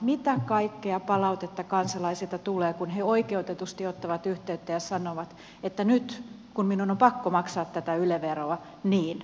mitä kaikkea palautetta kansalaisilta tulee kun he oikeutetusti ottavat yhteyttä ja sanovat että nyt kun minun on pakko maksaa tätä yle veroa niin